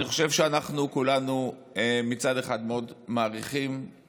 אני חושב שאנחנו כולנו מצד אחד מאוד מעריכים,